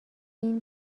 این